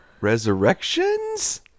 Resurrections